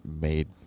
made